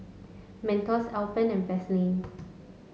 Mentos Alpen and Vaseline